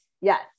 yes